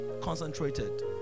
Concentrated